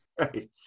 Right